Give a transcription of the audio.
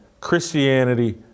Christianity